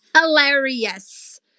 hilarious